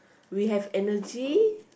we have energy